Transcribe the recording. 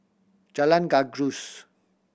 Jalan Gajus